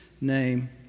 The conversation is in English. name